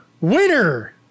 winner